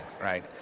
right